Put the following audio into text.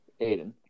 Aiden